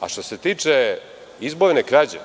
a što se tiče izborne krađe,